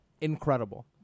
incredible